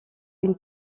une